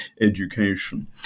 education